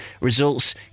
results